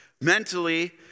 mentally